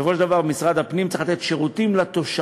בסופו של דבר משרד הפנים צריך לתת שירותים לתושבים,